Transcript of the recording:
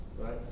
right